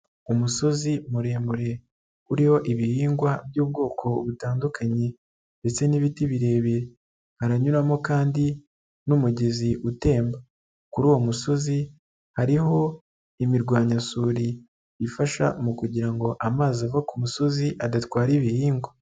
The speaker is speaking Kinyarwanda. Umusozi muremure, uriho ibihingwa by'ubwoko butandukanye ndetse n'ibiti birebire, haranyuramo kandi n'umugezi utemba. Kuri uwo musozi hariho imirwanyasuri, ifasha mu kugira ngo amazi ava ku musozi adatwara ibihingwa.